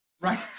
Right